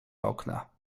okna